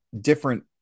different